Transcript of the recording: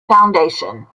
foundation